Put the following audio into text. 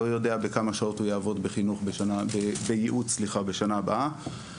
לא יודע בכמה שעות הוא יעבוד בייעוץ בשנה הבאה,